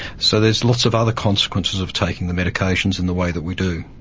so there are lots of other consequences of taking the medications in the way that we do.